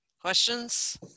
questions